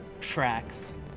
tracks